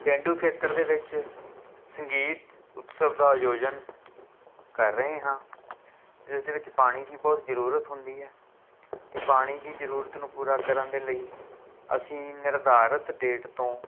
ਪੇਂਡੂ ਖੇਤਰ ਦੇ ਵਿੱਚ ਸੰਗੀਤ ਉਤਸਵ ਦਾ ਆਯੋਜਨ ਕਰ ਰਹੇ ਹਾਂ ਜਿਸ ਦੇ ਵਿੱਚ ਪਾਣੀ ਦੀ ਬਹੁਤ ਜ਼ਰੂਰਤ ਹੁੰਦੀ ਹੈ ਅਤੇ ਪਾਣੀ ਦੀ ਜ਼ਰੂਰਤ ਨੂੰ ਪੂਰਾ ਕਰਨ ਦੇ ਲਈ ਅਸੀਂ ਨਿਰਧਾਰਿਤ ਡੇਟ ਤੋਂ